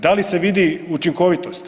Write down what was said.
Da li se vidi učinkovitost?